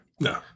No